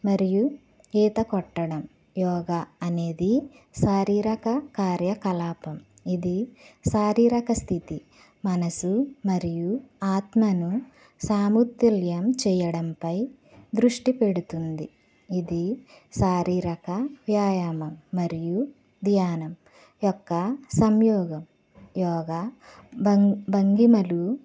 మరియు ఈత కొట్టడం యోగా అనేది శారీరక కార్యకలాపం ఇది శారీరక స్థితి మనసు మరియు ఆత్మను సమతుల్యం చేయడంపై దృష్టి పెడుతుంది ఇది శారీరక వ్యాయామం మరియు ధ్యానం యొక్క సంయోగం యోగా భంగి భంగిమలు